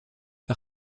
par